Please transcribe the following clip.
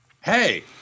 hey